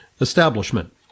establishment